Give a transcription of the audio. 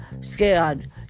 scared